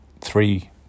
three